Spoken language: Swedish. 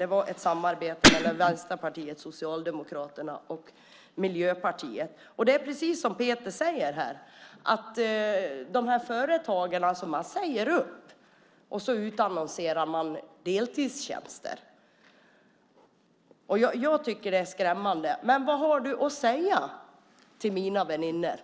Det var ett samarbete mellan Vänsterpartiet, Socialdemokraterna och Miljöpartiet. Det är precis som Peter säger här. Företagen säger upp människor och utannonserar deltidstjänster. Jag tycker att det är skrämmande. Vad har du att säga till mina två väninnor